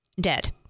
dead